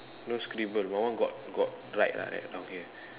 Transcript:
no scribble my one got got write ah write down here